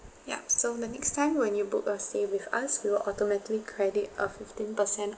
yup so the next time when you book a stay with us we will automatically credit a fifteen percent